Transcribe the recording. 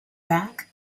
back